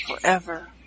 forever